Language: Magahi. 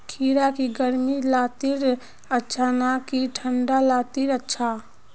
खीरा की गर्मी लात्तिर अच्छा ना की ठंडा लात्तिर अच्छा?